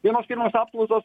vienos firmos apklausos